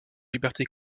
liberté